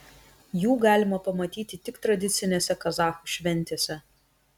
jų galima pamatyti tik tradicinėse kazachų šventėse